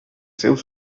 seus